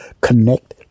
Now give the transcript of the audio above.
connect